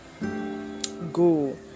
go